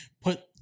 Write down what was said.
put